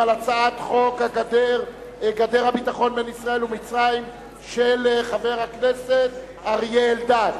חוק גדר הפרדה בין ישראל למצרים של חבר הכנסת אריה אלדד.